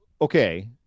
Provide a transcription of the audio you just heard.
okay